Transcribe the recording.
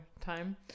time